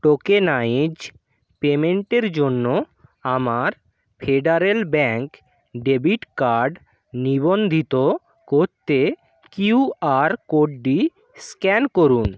tokenised পেমেন্টের জন্য আমার ফেডারেল ব্যাঙ্ক ডেবিট কার্ড নিবন্ধিত করতে কিউ আর কোডটি স্ক্যান করুন